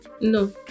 No